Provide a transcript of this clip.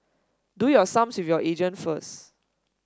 do your sums with your agent first